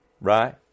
right